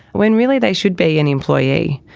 when really they should be an employee.